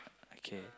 okay